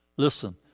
Listen